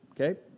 Okay